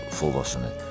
volwassenen